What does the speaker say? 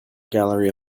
gallery